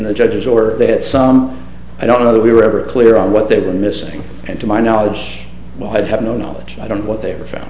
the judge's order that some i don't know that we were ever clear on what they were missing and to my knowledge while i'd have no knowledge i don't what they were found